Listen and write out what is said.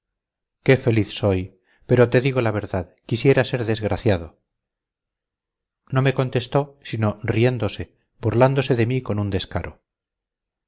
qué feliz soy pero te digo la verdad quisiera ser desgraciado no me contestó sino riéndose burlándose de mí con un descaro